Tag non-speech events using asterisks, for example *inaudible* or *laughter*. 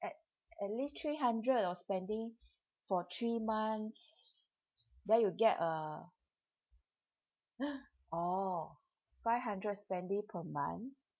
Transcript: at at least three hundred of spending for three months then you'll get a *noise* oh five hundred spending per month